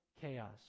chaos